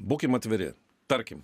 būkim atviri tarkim